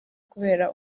kubera